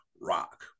Rock